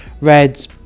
reds